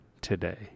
today